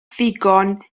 ddigon